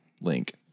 link